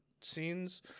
scenes